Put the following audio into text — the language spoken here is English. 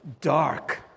dark